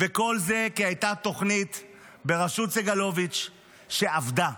וכל זה כי הייתה תוכנית בראשות סגלוביץ', שעבדה.